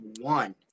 one